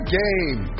game